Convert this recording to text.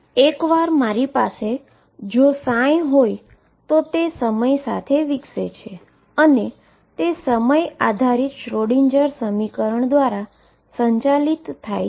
એકવાર મારી પાસે જો ψ હોય તો તે ટાઈમ સાથે વિકસે છે અને તે સમય આધારિત શ્રોડિંજર સમીકરણ દ્વારા સંચાલિત છે